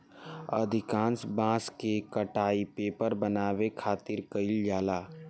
अधिकांश बांस के कटाई पेपर बनावे खातिर कईल जाला